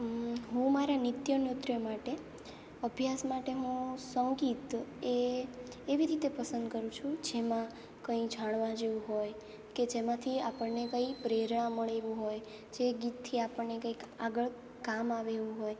હું મારા નિત્ય નૃત્ય માટે અભ્યાસ માટે હું સંગીત એ એવી રીતે પસંદ કરું છું જેમાં કંઈ જાણવા જેવું હોય કે જેમાંથી આપણને કંઈ પ્રેરણા મળે એવું હોય જે ગીતથી આપણને કંઈક આગળ કામ આવે એવું હોય